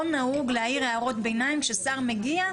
לא נהוג להעיר הערות ביניים כששר מגיע.